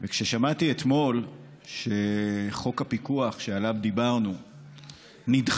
כאשר שמעתי אתמול שחוק הפיקוח שעליו דיברנו נדחה,